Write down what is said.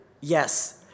Yes